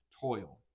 toil